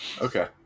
Okay